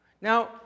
Now